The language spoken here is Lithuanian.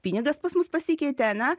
pinigas pas mus pasikeitė ane